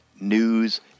news